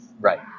Right